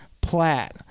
Platt